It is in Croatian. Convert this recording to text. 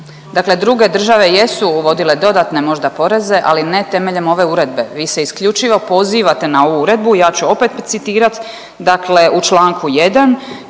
Dakle, druge države jesu uvodile dodatne možda poreze, ali ne temeljem ove uredbe, vi se isključivo pozivate na ovu uredbu. Ja ću opet citirat, dakle u čl. 1.